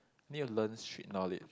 need to learn street knowledge